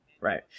Right